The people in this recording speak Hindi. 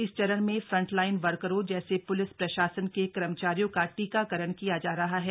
इस चरण में फ्रंटलाइन वर्करों जैसे पुलिस प्रशासन के कर्मचारियों का टीकाकरण किया जा रहा है